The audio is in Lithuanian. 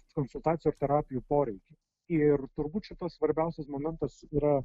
konsultacijų ir terapijų poreikį ir turbūt šitas svarbiausias momentas yra